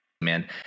Man